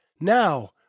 Now